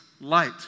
light